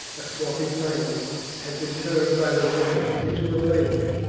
a swampy plain had been turned by the rain into a lake.